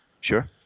Sure